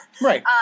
right